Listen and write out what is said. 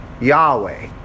Yahweh